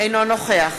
אינו נוכח